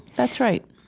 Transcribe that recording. that's right